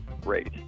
great